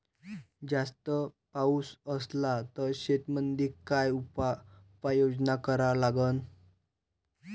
जास्त पाऊस असला त शेतीमंदी काय उपाययोजना करा लागन?